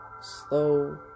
slow